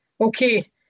okay